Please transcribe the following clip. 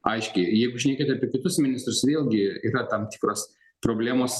aiškiai jeigu šnekėt apie kitus ministrus vėlgi yra tam tikros problemos